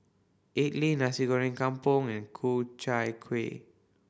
idly Nasi Goreng Kampung and Ku Chai Kueh